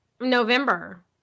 november